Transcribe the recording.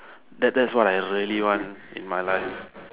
that that what I really want in my life